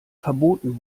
verboten